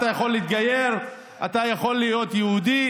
אתה יכול להתגייר ולהיות יהודי,